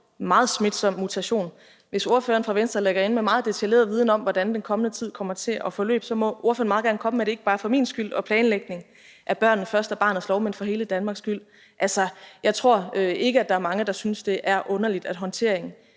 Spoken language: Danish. meget smitsom mutation. Hvis spørgeren fra Venstre ligger inde med en meget detaljeret viden om, hvordan den kommende tid kommer til at forløbe, må spørgeren meget gerne komme med det, ikke bare for min skyld og i forhold til planlægningen af »Børnene først« og barnets lov, men for hele Danmarks skyld. Altså, jeg tror ikke, der er mange, der synes, det er underligt, at håndteringen